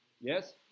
yes